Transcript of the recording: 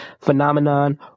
phenomenon